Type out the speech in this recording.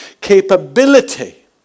capability